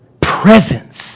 presence